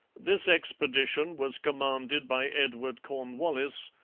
this expedition was commanded by edward cornwallis,